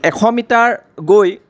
এশ মিটাৰ গৈ